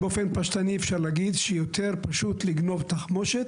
באופן פשטני אפשר להגיד שיותר פשוט לגנוב תחמושת